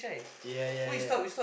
ya ya ya